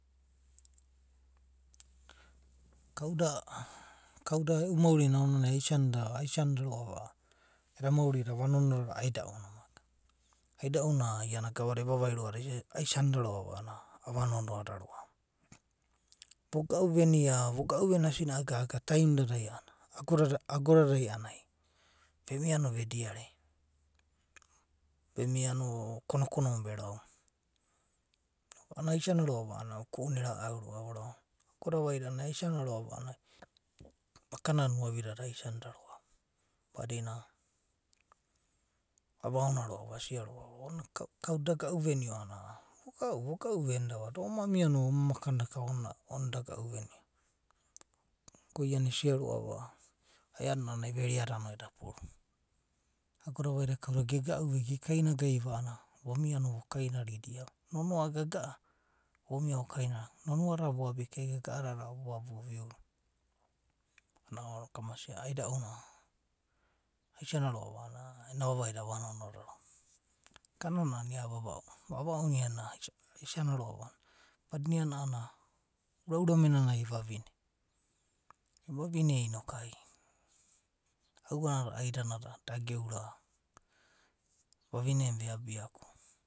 Kauda, kauda e’u maurinai aisanida. eda mauri da ava nonoa roa’va a’anana aida’u na, iana gava da evavaida roa’va a’anana ava noonoa roa’va. Voga’u venia, vogau venia sina’a gaga tam dadai, ago dadai a’anana vemia no vediare. vermia no konokono na verauna, a’anana aisania roa’va a’anana uko una era’au roa, va. Agoda vaida aisania roa. va a’anana makana da nuavi dada aisaroa’va. badinana, ava onia roa’va, onina kauda eda ga’u venio a’anana, voga’u venoda, da om amia no oma makandakao, ko iana esia roa, va a’adina a’a a’anana ai verea da no eda puru. Ago da vaida ema kauda gega’u va e ge kainagaiva a’anana vomia no vo kaina kaina, nonoa. gaga’avomiano vo kaine rida, nonoa dada voabi kai, gaga’a dada vo abi vo viurua. Aiadina ounanai aida’u na aisania roa’va a’anana ena vavaida ava nonoa roa. Kanana a’anana ia vavauna, vavauna iana aisania roa’va a’anana badinana iana uraura mena nai, evavine, evavine ko oridanada, auanada da geura vavine na ve’abia.